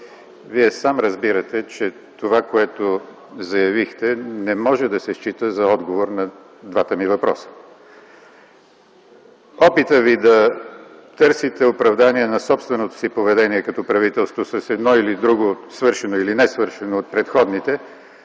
Вие сам разбирате, че това, което заявихте, не може да се счита за отговор на двамата ми въпроса. Опитът Ви да търсите оправдание на собственото си поведение като правителство с едно или друго свършено или несвършено от предходните